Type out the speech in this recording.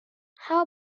how